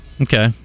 Okay